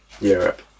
Europe